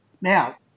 Now